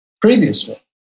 previously